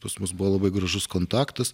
pas mus buvo labai gražus kontaktas